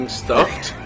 stuffed